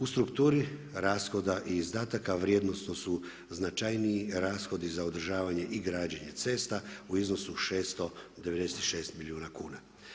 U strukturi rashoda i izdataka vrijednosno su značajniji rashodi za održavanje i građenje cesta u iznosu 696 milijuna kuna.